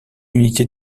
unité